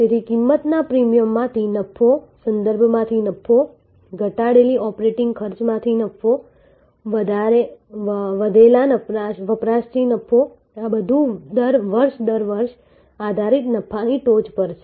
તેથી કિંમતના પ્રીમિયમમાંથી નફો સંદર્ભમાંથી નફો ઘટાડેલી ઑપરેટિંગ ખર્ચમાંથી નફો વધેલા વપરાશથી નફો આ બધું વર્ષ દર વર્ષ આધારિત નફાની ટોચ પર છે